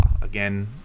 again